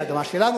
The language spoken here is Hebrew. היא אדמה שלנו,